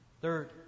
Third